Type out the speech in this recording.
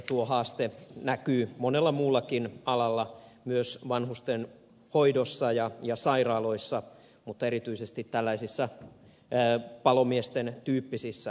tuo haaste näkyy monella muullakin alalla myös vanhustenhoidossa ja sairaaloissa mutta erityisesti tällaisissa palomiesten tyyppisissä töissä